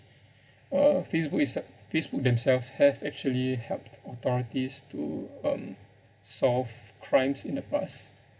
uh facebook is uh facebook themselves have actually helped authorities to um solve crimes in the past